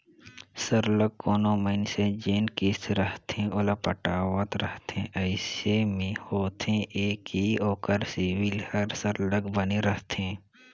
सरलग कोनो मइनसे जेन किस्त रहथे ओला पटावत रहथे अइसे में होथे ए कि ओकर सिविल हर सरलग बने रहथे